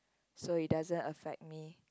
so it doesn't affect me